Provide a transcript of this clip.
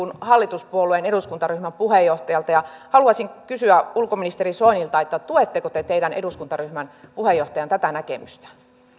hallituspuolueen eduskuntaryhmän puheenjohtajalta ja haluaisin kysyä ulkoministeri soinilta tuetteko te teidän eduskuntaryhmänne puheenjohtajan tätä näkemystä